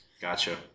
Gotcha